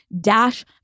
Dash